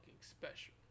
special